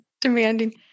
demanding